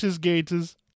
Gators